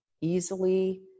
easily